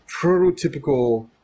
prototypical